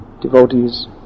devotees